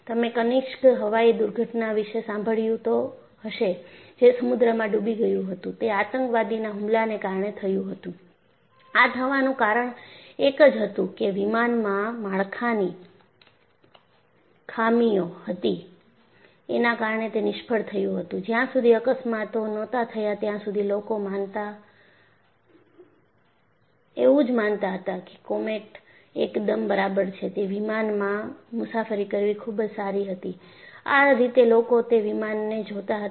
તમે કનિષ્ક હવાઈ દુર્ઘટના વિશે સાંભળ્યું તો હશે જે સમુદ્રમાં ડૂબી ગયું હતું એ આતંકવાદીના હુમલાને કારણે થયું હતું આ થવાનું કારણ એક જ હતું કે વિમાનમાં માળખાની ખામીઓ હતી એના કારણે તે નિષ્ફળ થયું હતું જ્યાં સુધી અકસ્માતો નતા થયા ત્યાં સુધી લોકો માનતા એવું જ માનતા હતા કે કોમેટ એકદમ બરાબર છે તે વિમાનમાં મુસાફરી કરવી ખુબ જ સારી હતી આ રીતે લોકો તે વિમાનને જોતા હતા